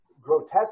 grotesque